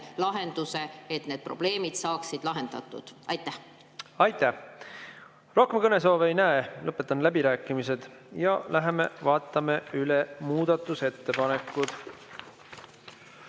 lahenduse, et need probleemid saaksid lahendatud. Aitäh! Rohkem kõnesoove ei näe, lõpetan läbirääkimised. Ja vaatame üle muudatusettepanekud.